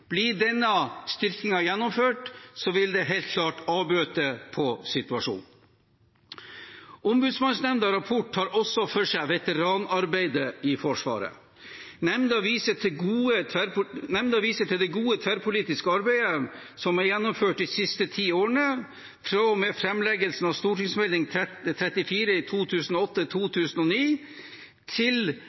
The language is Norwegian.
Blir denne styrkingen gjennomført, vil det helt klart avbøte situasjonen. Ombudsmannsnemndas rapport tar også for seg veteranarbeidet i Forsvaret. Nemnda viser til det gode tverrpolitiske arbeidet som er gjennomført de siste ti årene, fra og med framleggelsen av St.meld. 34 for 2008–2009 til